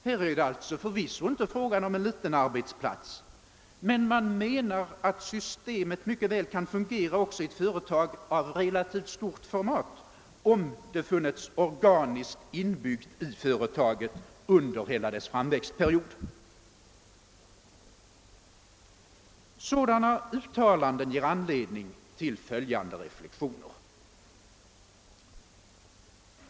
Här är det alltså förvisso inte fråga om en liten arbetsplats, men man menar att systemet mycket väl kan fungera också i ett företag av relativt stort format, om det funnits organiskt inbyggt i företaget under hela dess framväxtperiod. Sådana uttalanden ger anledning till följande reflexioner.